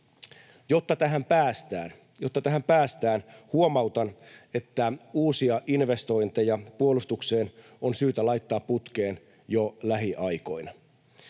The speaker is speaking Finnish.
jotta tähän päästään — huomautan, että uusia investointeja puolustukseen on syytä laittaa putkeen jo lähiaikoina.